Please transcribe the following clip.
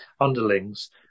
underlings